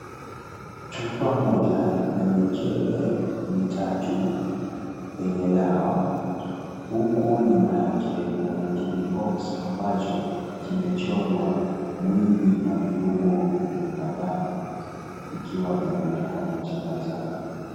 Chupa moja na mikebe mitatu yenye dawa huku nyuma yake kuna kijiboxi ambacho kimechorwa mwili na viungo vya binadamu ikiwa imeandikwa majina zao.